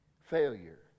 failure